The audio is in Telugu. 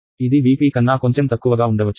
ఇది Vp కన్నా కొంచెం తక్కువగా ఉండవచ్చు